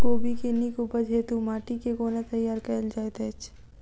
कोबी केँ नीक उपज हेतु माटि केँ कोना तैयार कएल जाइत अछि?